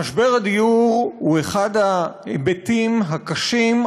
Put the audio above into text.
משבר הדיור הוא אחד ההיבטים הקשים,